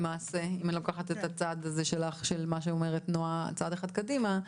אם אני לוקחת את מה שאומרת נעה צעד אחד קדימה,